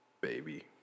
baby